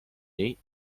niej